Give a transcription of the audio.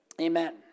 Amen